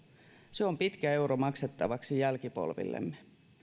se on pitkä euro maksettavaksi jälkipolvillemme